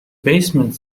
basement